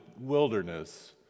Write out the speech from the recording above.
wilderness